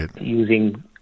using